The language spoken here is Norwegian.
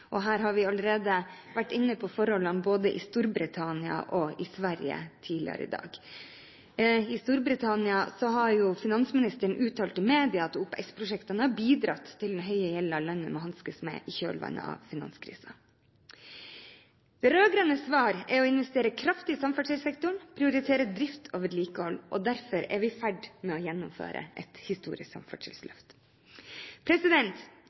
krisa. Her har vi allerede vært inne på forholdene både i Storbritannia og i Sverige tidligere i dag. I Storbritannia har jo finansministeren uttalt til media at OPS-prosjektene har bidratt til den høye gjelden landet må hanskes med i kjølvannet av finanskrisa. De rød-grønnes svar er å investere kraftig i samferdselssektoren, prioritere drift og vedlikehold – og derfor er vi i ferd med å gjennomføre et historisk